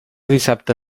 dissabte